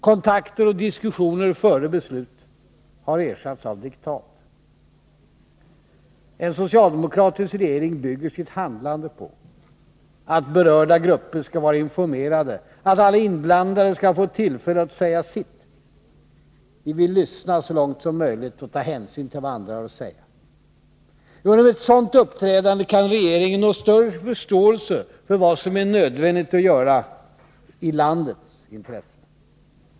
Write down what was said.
Kontakter och diskussioner före beslut har ersatts av diktat. En socialdemokratisk regering bygger sitt handlande på att berörda grupper skall vara informerade, att alla inblandade skall få tillfälle att säga sitt. Vi vill så långt som möjligt lyssna och ta hänsyn till vad andra har att säga. Genom ett sådant uppträdande kan regeringen nå större förståelse för vad som är nödvändigt att göra i landets intresse.